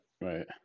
Right